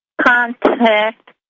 contact